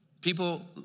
People